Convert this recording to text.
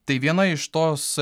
tai viena iš tos